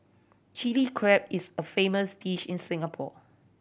Chilli Crab is a famous dish in Singapore